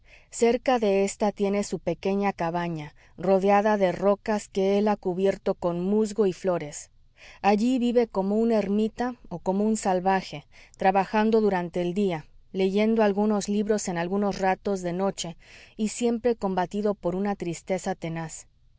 cerca de ésta tiene su pequeña cabaña rodeada de rocas que él ha cubierto con musgo y flores allí vive como un ermita o como un salvaje trabajando durante el día leyendo algunos libros en algunos ratos de noche y siempre combatido por una tristeza tenaz